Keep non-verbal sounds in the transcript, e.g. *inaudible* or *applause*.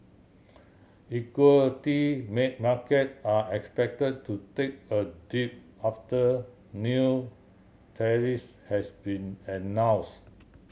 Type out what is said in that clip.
equity make market are expect to take a dive after new *unintelligible* has been announce